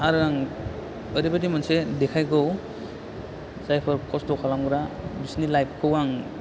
आरो आं ओरैबायदि मोनसे देखायगोव जायफोर खसथ' खालामग्रा बिसिनि लाइफखौ आं